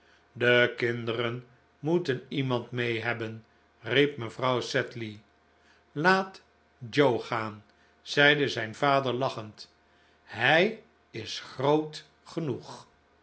de kinderen moeten iemand mee hebben riep mevrouw sedley laat joe gaan zeide zijn vader lachend hij is groot genoeg